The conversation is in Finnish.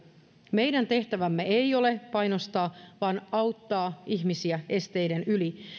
meidän tehtävämme ei ole painostaa vaan auttaa ihmisiä esteiden yli